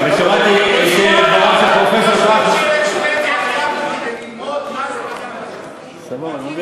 ראש ממשלת שבדיה בא לכאן